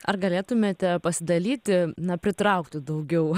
ar galėtumėte pasidalyti na pritraukti daugiau